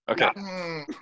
Okay